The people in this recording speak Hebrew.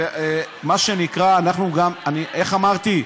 איך אמרתי?